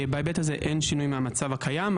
בהיבט הזה אין שינוי מהמצב הקיים.